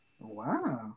Wow